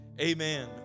Amen